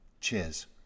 Cheers